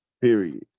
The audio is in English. period